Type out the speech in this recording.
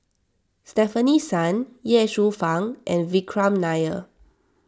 Stefanie Sun Ye Shufang and Vikram Nair